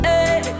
Hey